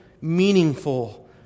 meaningful